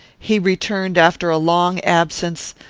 he returned after a long absence,